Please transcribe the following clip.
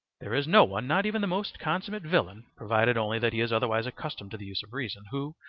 there is no one, not even the most consummate villain, provided only that he is otherwise accustomed to the use of reason, who,